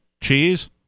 Cheese